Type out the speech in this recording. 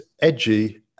edgy